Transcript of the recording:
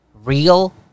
Real